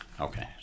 okay